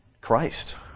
Christ